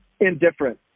indifferent